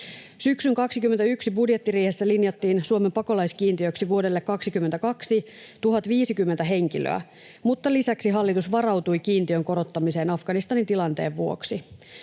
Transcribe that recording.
Syksyn 21 budjettiriihessä linjattiin Suomen pakolaiskiintiöksi 1 050 henkilöä vuodelle 22, mutta lisäksi hallitus varautui kiintiön korottamiseen Afganistanin tilanteen vuoksi.